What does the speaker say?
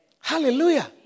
Hallelujah